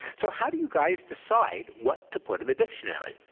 so how do you guys decide what to put in the dictionary?